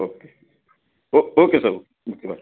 okay oh okay sir okay okay bye